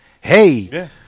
hey